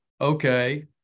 Okay